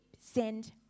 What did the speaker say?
send